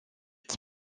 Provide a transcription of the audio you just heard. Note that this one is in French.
qui